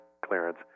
clearance